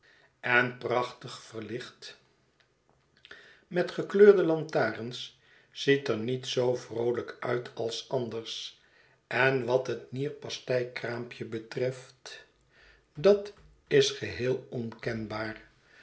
en prachtig verlicht met gekleurde lantarens ziet er niet zoo vroolijk uit als anders en wat het nierpasteikraampje betreft dat is geheel onkenbaar